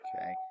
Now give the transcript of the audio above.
Okay